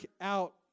out